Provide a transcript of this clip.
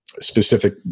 specific